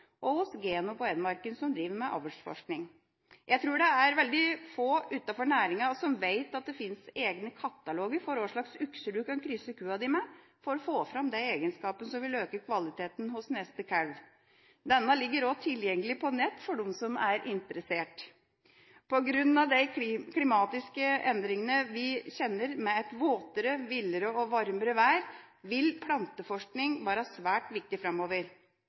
og hos Geno på Hedmarken, som driver med avlsforskning. Jeg tror det er veldig få utenfor næringa som vet at det fins egne kataloger for hva slags okse du kan krysse kua di med for å få fram de egenskapene som vil øke kvaliteten hos neste kalv. Denne ligger også tilgjengelig på nett for dem som er interessert. På grunn av de klimatiske endringene vi kjenner, med et våtere, villere og varmere vær, vil planteforskning være svært viktig framover.